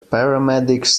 paramedics